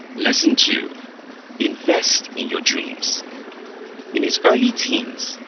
lesson two invest in your dreams in his early teens,